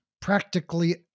practically